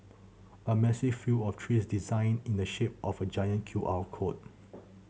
a massive field of trees designed in the shape of a giant Q R code